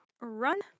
Run